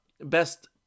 best